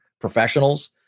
professionals